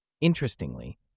Interestingly